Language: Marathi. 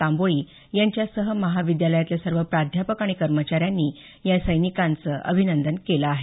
तांबोळी यांच्यासह महाविद्यालयातले सर्व प्राध्यापक आणि कर्मचाऱ्यांनी या सैनिकांचं अभिनंदन केलं आहे